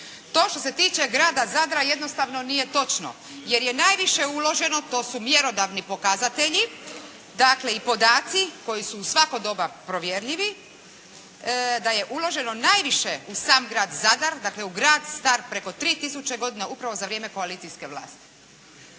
To što se tiče grada Zadra jednostavno nije točno, jer je najviše uloženo, to su mjerodavni pokazatelji, dakle i podaci koji su u svako doba provjerljivi da je uloženo najviše u sam grad Zadar, dakle u grad star preko 3 tisuće godina upravo za vrijeme koalicijske vlasti.